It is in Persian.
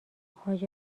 حاج